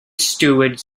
stewart